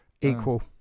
equal